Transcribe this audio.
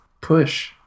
push